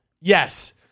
Yes